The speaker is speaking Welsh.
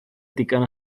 digon